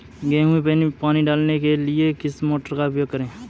गेहूँ में पानी डालने के लिए किस मोटर का उपयोग करें?